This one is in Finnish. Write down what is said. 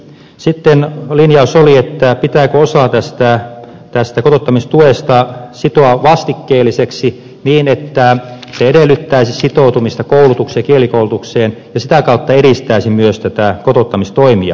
sitten linjaus oli pitääkö osa tästä kotouttamistuesta sitoa vastikkeelliseksi niin että se edellyttäisi sitoutumista koulutukseen ja kielikoulutukseen ja sitä kautta edistäisi myös näitä kotouttamistoimia